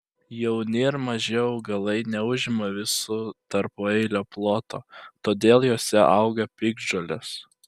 jauni ir maži augalai neužima viso tarpueilio ploto todėl juose auga piktžolės